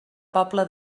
pobla